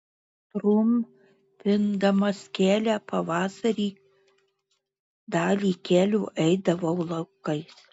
trumpindamas kelią pavasarį dalį kelio eidavau laukais